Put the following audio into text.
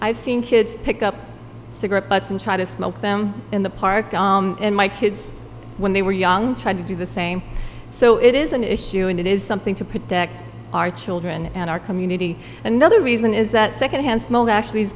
i've seen kids pick up cigarette butts and try to smoke them in the park and my kids when they were young tried to do the same so it is an issue and it is something to protect our children and our community another reason is that secondhand smoke actually